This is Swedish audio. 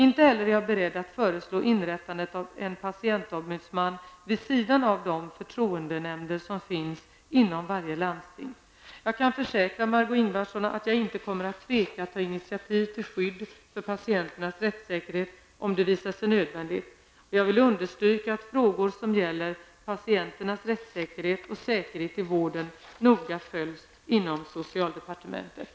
Inte heller är jag beredd att föreslå inrättandet av en patientombudsman vid sidan av de förtroendenämnder som finns inom varje landsting. Jag kan försäkra Margó Ingvardsson att jag inte kommer att tveka att ta initiativ till skydd för patienternas rättssäkerhet, om det visar sig nödvändigt. Jag vill understryka att frågor som gäller patienternas rättssäkerhet och säkerhet i vården noga följs inom socialdepartementet.